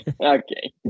okay